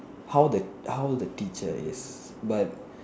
how the how the teacher is but